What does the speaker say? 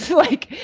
like,